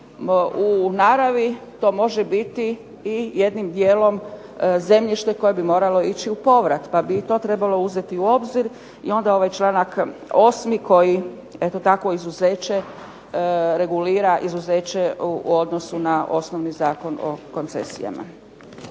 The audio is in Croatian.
u naravi to može biti i jednim dijelom zemljište koje bi moralo ići u povrat, pa bi i to trebalo uzeti u obzir. I onda ovaj članak 8. koji eto tako izuzeće regulira, izuzeće u odnosu na osnovni Zakon o koncesijama.